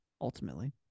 Ultimately